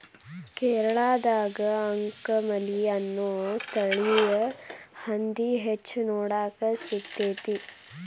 ಕೇರಳದಾಗ ಅಂಕಮಲಿ ಅನ್ನೋ ತಳಿಯ ಹಂದಿ ಹೆಚ್ಚ ನೋಡಾಕ ಸಿಗ್ತೇತಿ